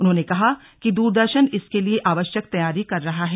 उन्होंने कहा कि दूरदर्शन इसके लिए आवश्यक तैयारी कर रहा है